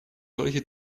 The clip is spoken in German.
solche